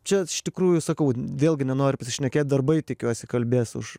čia iš tikrųjų sakau vėlgi nenoriu prisišnekėt darbai tikiuosi kalbės už